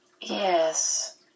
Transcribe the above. Yes